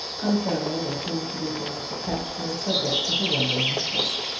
unceremoniously introducing mr. ketch and the subject to her wondering mistress.